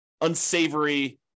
unsavory